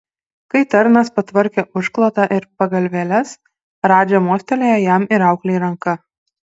kai tarnas patvarkė užklotą ir pagalvėles radža mostelėjo jam ir auklei ranka